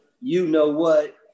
you-know-what